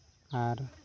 ᱟᱨ